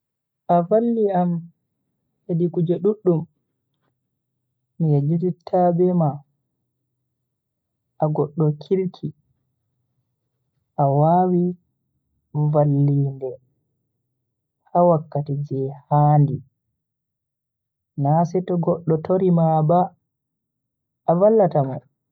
A valli am hedi kuje duddum mi yejjititta be ma. A goddo kirki, a wawi vallinde ha wakkati je handi, na seto goddo tori ma ba a vallata mo.